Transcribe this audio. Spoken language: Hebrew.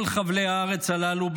כל חבלי הארץ הללו,